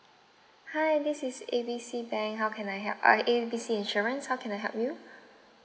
hi this is A B C bank how can I help uh A B C insurance how can I help you